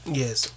yes